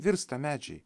virsta medžiai